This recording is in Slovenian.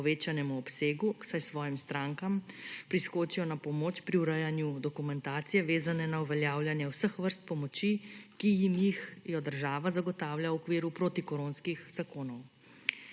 povečanemu obsegu, saj svojim strankam priskočijo na pomoč pri urejanju dokumentacije, vezane na uveljavljanje vseh vrst pomoči, ki jim jih jo država zagotavlja v okviru protikoronskih zakonov.